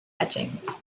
etchings